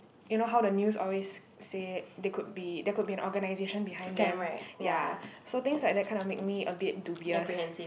you know how the news always say there could be there could be an organization behind them ya so things like that kind of make me a bit dubious